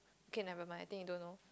okay never mind I think you don't know